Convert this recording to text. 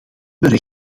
hebben